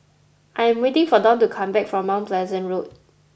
I am waiting for Don to come back from Mount Pleasant Road